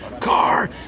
Car